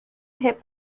hip